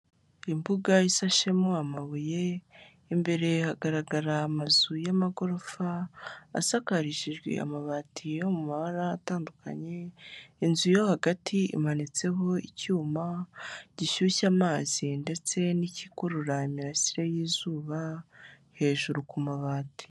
Imbuga isashemo amabuye imbere hagaragara amazu y'amagorofa asakarishijwe amabati yo mu mabara atandukanye, inzu yo hagati imanitseho icyuma gishyushya amazi ndetse n'ikikurura imirasire y'izuba hejuru ku mabati.